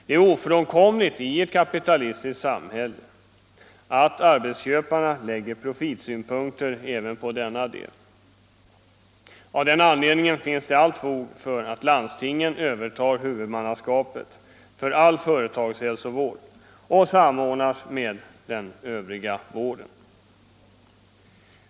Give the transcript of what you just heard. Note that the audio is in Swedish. Det är ofrånkomligt i ett kapitalistiskt samhälle att arbetsköparna lägger profitsynpunkter även på denna del av verksamheten. Av den anledningen finns det allt fog för att landstingen övertar huvudmannaskapet för företagshälsovården och samordnar denna med den övriga vården.